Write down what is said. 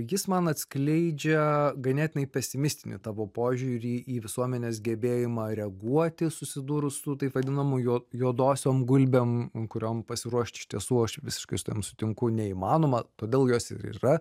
jis man atskleidžia ganėtinai pesimistinį tavo požiūrį į visuomenės gebėjimą reaguoti susidūrus su taip vadinamu juo juodosiom gulbėm kuriom pasiruošt iš tiesų aš visiškai su tavim sutinku neįmanoma todėl jos ir yra